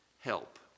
help